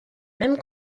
même